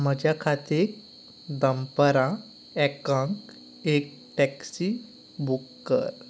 म्हजे खातीर दनपारां एकांक एक टॅक्सी बूक कर